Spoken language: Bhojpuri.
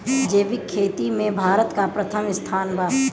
जैविक खेती में भारत का प्रथम स्थान बा